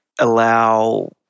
allow